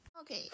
Okay